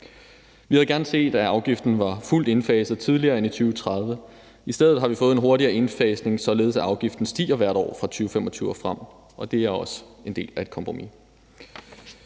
Vi havde gerne set, at afgiften var fuldt indfaset tidligere end i 2030. I stedet har vi fået en hurtigere indfasning, således at afgiften stiger hvert år fra 2025 og frem. Det er også en del af et kompromis.